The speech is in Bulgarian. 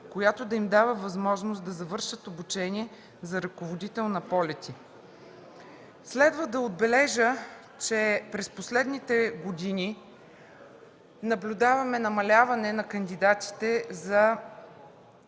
която да им дава възможност да завършат обучение за ръководител на полети.” Следва да отбележа, че през последните години наблюдаваме намаляване на кандидатите за